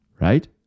Right